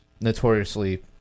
notoriously